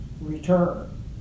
return